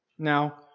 Now